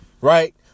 right